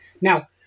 Now